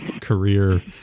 career